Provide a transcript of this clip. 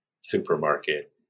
supermarket